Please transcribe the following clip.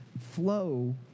flow